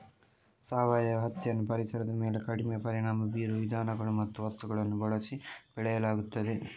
ಸಾವಯವ ಹತ್ತಿಯನ್ನು ಪರಿಸರದ ಮೇಲೆ ಕಡಿಮೆ ಪರಿಣಾಮ ಬೀರುವ ವಿಧಾನಗಳು ಮತ್ತು ವಸ್ತುಗಳನ್ನು ಬಳಸಿ ಬೆಳೆಯಲಾಗುತ್ತದೆ